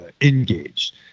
engaged